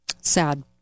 Sad